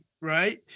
Right